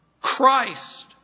Christ